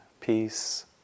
peace